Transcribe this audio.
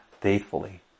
faithfully